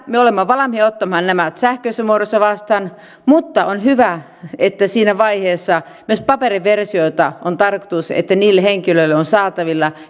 me olemme valmiita ottamaan nämä sähköisessä muodossa vastaan mutta on hyvä että siinä vaiheessa myös paperiversioita on tarkoitus olla saatavilla niille henkilöille